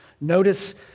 Notice